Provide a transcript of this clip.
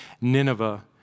Nineveh